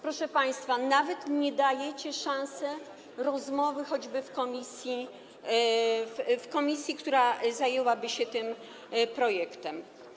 Proszę państwa, nawet nie dajecie szansy rozmowy choćby w komisji, która zajęłaby się tym projektem.